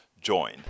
join